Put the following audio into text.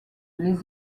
les